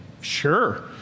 Sure